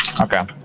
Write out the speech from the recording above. okay